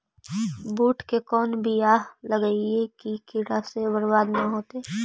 बुंट के कौन बियाह लगइयै कि कीड़ा से बरबाद न हो?